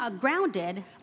grounded